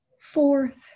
Fourth